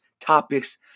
topics